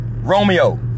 romeo